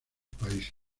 países